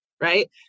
right